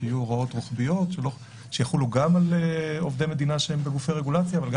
שיהיו הוראות רוחביות שיחולו גם על עובדי מדינה שהם בגופי רגולציה וגם